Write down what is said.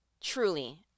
truly